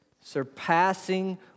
surpassing